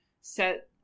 set